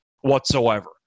whatsoever